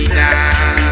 now